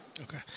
Okay